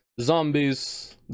Zombies